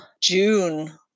June